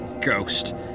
Ghost